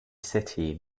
city